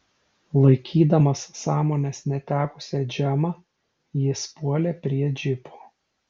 laikydamas sąmonės netekusią džemą jis puolė prie džipo